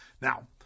Now